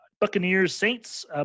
Buccaneers-Saints